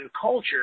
culture